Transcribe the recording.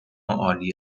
عالی